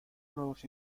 nuevos